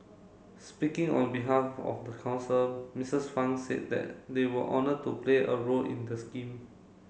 speaking on behalf of the council Misses Fang said that they were honoured to play a role in the scheme